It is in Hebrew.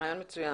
רעיון מצוין.